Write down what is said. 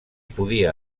podia